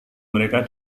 mereka